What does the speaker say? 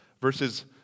verses